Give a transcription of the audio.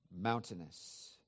Mountainous